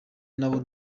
n’abo